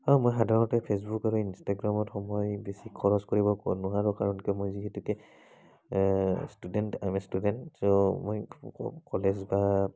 হয় মই সাধাৰণতে ফেচবুক আৰু ইনষ্টাগ্ৰামত সময় বেছি খৰচ কৰিব নোৱাৰোঁ কাৰণ কিয় মই যিহেতুকে student I am a student চ' মই কলেজ বা